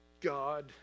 God